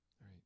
Right